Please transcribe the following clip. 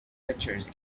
pictures